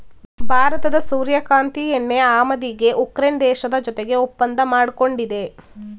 ಭಾರತದ ಸೂರ್ಯಕಾಂತಿ ಎಣ್ಣೆ ಆಮದಿಗೆ ಉಕ್ರೇನ್ ದೇಶದ ಜೊತೆಗೆ ಒಪ್ಪಂದ ಮಾಡ್ಕೊಂಡಿದೆ